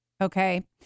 Okay